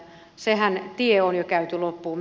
se tiehän on jo käyty loppuun